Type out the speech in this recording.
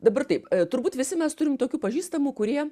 dabar taip turbūt visi mes turim tokių pažįstamų kurie